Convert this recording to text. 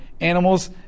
animals